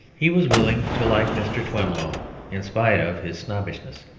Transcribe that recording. he was willing to like mr. twemlow in spite of his snobbishness,